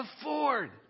afford